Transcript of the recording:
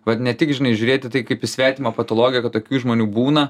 vat ne tik žinai žiūrėt į tai kaip į svetimą patologiją kad tokių žmonių būna